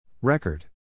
Record